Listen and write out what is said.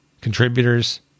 contributors